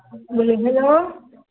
hello hello